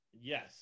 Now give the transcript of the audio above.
Yes